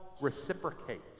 reciprocate